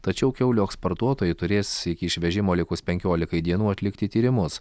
tačiau kiaulių eksportuotojai turės iki išvežimo likus penkiolikai dienų atlikti tyrimus